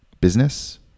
business